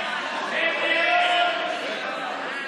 להעביר את הצעת חוק הפסיכולוגים (תיקון,